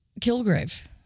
Kilgrave